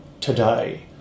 today